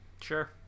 Sure